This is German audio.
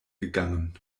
gegangen